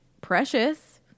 precious